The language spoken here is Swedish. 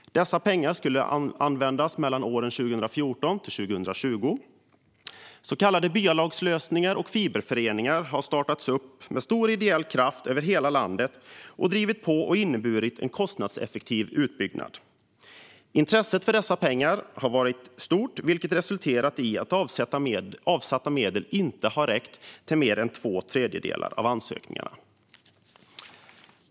Dessa pengar skulle användas mellan åren 2014 och 2020. Så kallade byalagslösningar och fiberföreningar har startats upp med stor ideell kraft över hela landet. Detta har drivit på och inneburit en kostnadseffektiv utbyggnad. Intresset för dessa pengar har varit stort, vilket resulterat i att avsatta medel inte har räckt till mer än två tredjedelar av ansökningarna.